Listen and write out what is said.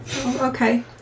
okay